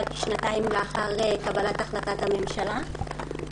כבר כשנתיים לאחר קבלת החלטת הממשלה.